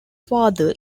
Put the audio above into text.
father